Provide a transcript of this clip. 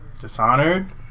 Dishonored